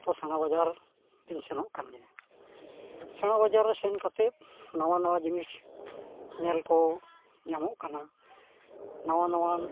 ᱛᱚ ᱥᱮᱬᱟ ᱵᱟᱡᱟᱨ ᱫᱚᱧ ᱥᱮᱱᱚᱜ ᱠᱟᱱ ᱜᱮᱭᱟ ᱥᱮᱬᱟ ᱵᱟᱡᱟᱨ ᱨᱮ ᱥᱮᱱ ᱠᱟᱛᱮᱫ ᱱᱟᱣᱟ ᱱᱟᱣᱟ ᱡᱤᱱᱤᱥ ᱧᱮᱞ ᱠᱚ ᱧᱟᱢᱚᱜ ᱠᱟᱱᱟ ᱱᱟᱣᱟ ᱱᱟᱣᱟᱱ